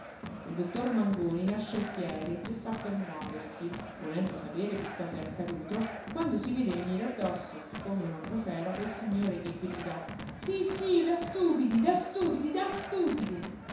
il dottor mangoni lascia il piede e fa per muoversi volendo sapere che cosa è accaduto quando si vede venire addosso come una bufera quel signore che grida sí sí da stupidi da stupidi da stupidi